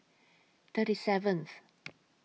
thirty seventh